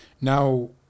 now